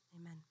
Amen